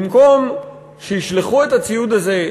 במקום שישלחו את הציוד הזה,